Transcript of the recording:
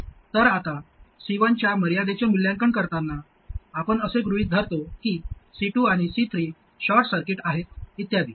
तर आता C1 च्या मर्यादेचे मूल्यांकन करताना आपण असे गृहीत धरतो की C2 आणि C3 शॉर्ट सर्किट आहेत इत्यादी